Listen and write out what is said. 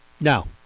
Now